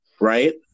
right